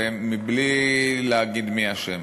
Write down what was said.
מבלי להגיד מי אשם: